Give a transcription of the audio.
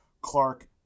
Clark